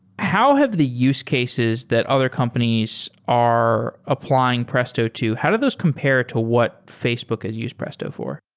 how have the use cases that other companies are applying presto to? how do those compare to what facebook has used presto for?